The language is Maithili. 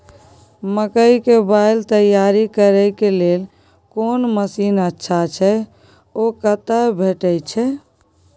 मकई के बाईल तैयारी करे के लेल कोन मसीन अच्छा छै ओ कतय भेटय छै